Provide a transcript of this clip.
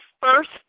first